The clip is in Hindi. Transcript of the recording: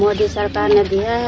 मोदी सरकार ने दिया है